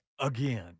again